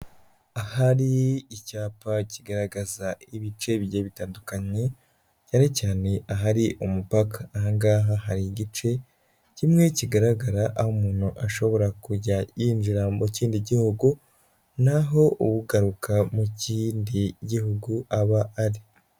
Ahari icyapa kigaragaza ibice bitandukanye cyane cyane ahari umupaka, aha ngaha hari igice kimwe kigaragara aho umuntu ashobora kujya yinjira mu kindi gihugu, n'aho ugaruka mu kindi gihugu aba ari.